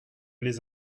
les